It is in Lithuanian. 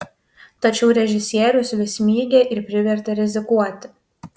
tačiau režisierius vis mygė ir privertė rizikuoti